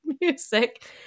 music